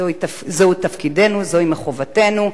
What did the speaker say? זהו תפקידנו, זוהי חובתנו,